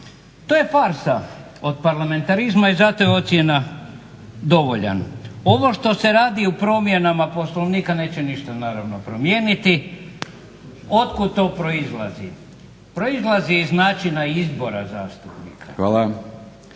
To je farsa od parlamentarizma i zato je ocjena dovoljan. Ovo što se radi u promjenama Poslovnika neće ništa, naravno promijeniti. Od kud to proizlazi, proizlazi iz načina izbora zastupnika.